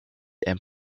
and